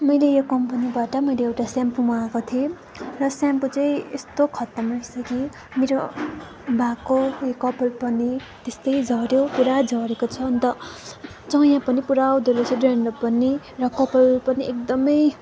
मैले यो कम्पनीबाट मैले यो सेम्पू मगाएको थिएँ र सेम्पू चाहिँ यस्तो खत्तम रहेछ कि मेरो भएको यो कपाल पनि त्यस्तै झर्यो पुरा झरेको छ अन्त चाया पनि पुरा आउँदोरहेछ डेन्ड्रफ पनि र कपाल पनि एकदमै